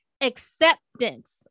acceptance